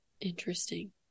interesting